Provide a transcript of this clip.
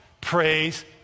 praise